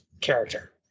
character